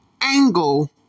angle